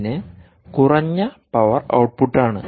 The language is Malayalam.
അതിന് കുറഞ്ഞ പവർ ഔട്ട്പുട്ടാണ്